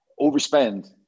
overspend